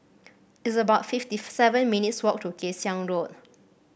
it's about fifty seven minutes' walk to Kay Siang Road